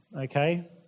okay